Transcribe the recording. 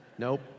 Nope